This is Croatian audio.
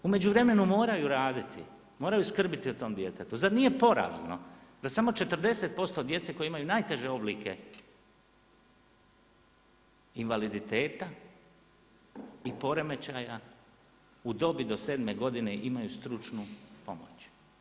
U međuvremenu moraju raditi, moraju skrbiti o tom djetetu, zar nije porazno da samo 40% djece koji imaju najteže oblike invaliditeta i poremećaja u dobi do 7 godine imaju stručnu pomoć?